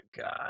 God